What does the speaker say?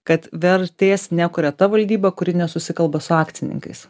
kad vertės nekuria ta valdyba kuri nesusikalba su akcininkais